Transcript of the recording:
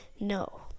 No